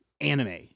anime